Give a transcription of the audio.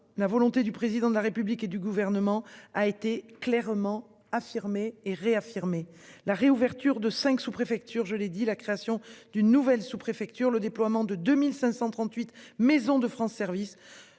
la volonté du président de la République et du gouvernement a été clairement affirmé et réaffirmé la réouverture de 5 sous-préfecture, je l'ai dit, la création d'une nouvelle sous-préfecture le déploiement de 2538 Maison de France service